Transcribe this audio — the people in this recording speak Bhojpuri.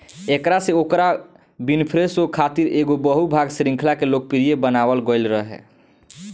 एकरा से ओकरा विनफ़्रे शो खातिर एगो बहु भाग श्रृंखला के लोकप्रिय बनावल गईल रहे